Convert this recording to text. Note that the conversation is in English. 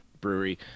Brewery